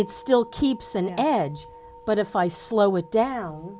it still keeps an edge but if i slow it down